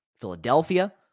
Philadelphia